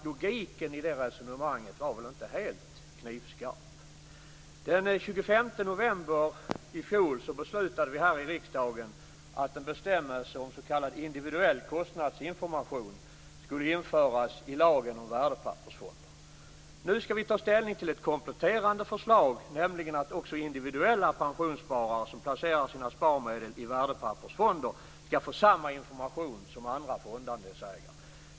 Logiken i det resonemanget var väl inte helt knivskarp. Den 25 november i fjol beslutade vi här i riksdagen att en bestämmelse om s.k. individuell kostnadsinformation skulle införas i lagen om värdepappersfonder. Nu skall vi ta ställning till ett kompletterande förslag, nämligen att också individuella pensionssparare som placerar sina sparmedel i värdepappersfonder skall få samma information som andra fondandelsägare.